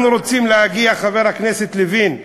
אנחנו רוצים להגיע, חבר הכנסת לוין,